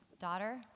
daughter